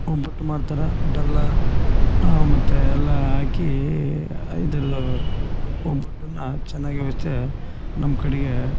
ಒಬ್ಬಟ್ಟು ಮಾಡ್ತಾರೆ ಬೆಲ್ಲ ಮತ್ತು ಎಲ್ಲ ಹಾಕಿ ಇದುರ್ದು ಒಬ್ಬಟ್ಟನ್ನ ಚೆನ್ನಾಗಿ ವಚ್ಚೆ ನಮ್ಮ ಕಡೆಗೆ